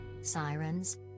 Sirens